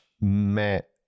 met